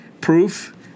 Proof